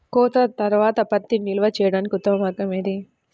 కోత తర్వాత పత్తిని నిల్వ చేయడానికి ఉత్తమ మార్గం ఏది?